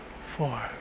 four